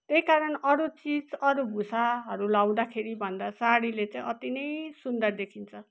त्यही कारण अरू चिज अरू भूषाहरू लगाउँदाखेरि भन्दा साडीले चाहिँ अति नै सुन्दर देखिन्छ